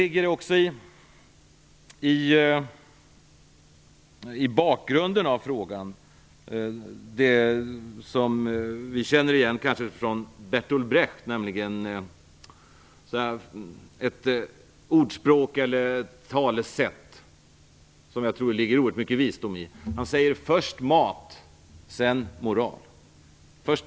I bakgrunden till frågan ligger något som ni kanske gäller igen från Berthold Brecht, nämligen ett talesätt som jag tycker att det ligger oerhört mycket visdom i. Han säger: Först mat, sedan moral.